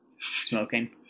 smoking